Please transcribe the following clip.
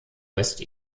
west